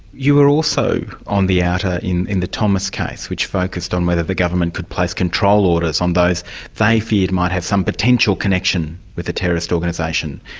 you were also on the outer in in the thomas case, which focused on whether the government could place control orders on those they feared might have some potential connection with a terrorist organisation.